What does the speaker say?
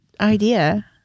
idea